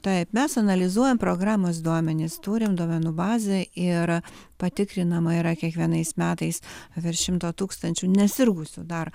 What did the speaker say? taip mes analizuojam programos duomenis turime duomenų bazę ir patikrinama yra kiekvienais metais virš šimto tūkstančių nesirgusių dar